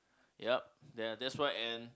yup then that's why and